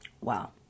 Wow